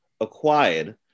acquired